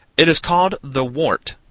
it is called the wart.